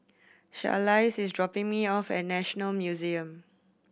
Charlize is dropping me off at National Museum